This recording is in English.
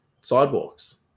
sidewalks